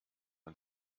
and